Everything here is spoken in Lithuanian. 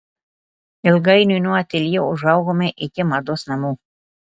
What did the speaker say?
ilgainiui nuo ateljė užaugome iki mados namų